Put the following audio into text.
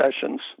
sessions